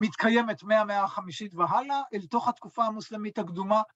‫מתקיימת מהמאה ה-50 והלאה ‫אל תוך התקופה המוסלמית הקדומה.